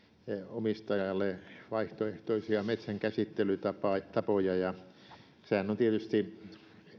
omistajalle vaihtoehtoisia metsänkäsittelytapoja ja sehän on tietysti